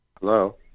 Hello